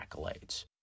accolades